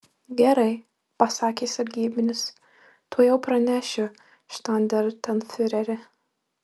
gerai pasakė sargybinis tuojau pranešiu štandartenfiureri